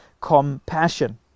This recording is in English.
compassion